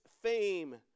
fame